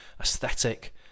aesthetic